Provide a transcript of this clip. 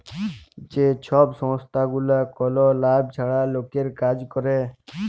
যে ছব সংস্থাগুলা কল লাভ ছাড়া লকের কাজ ক্যরে